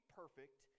perfect